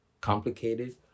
complicated